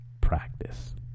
Practice